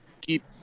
keep